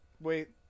wait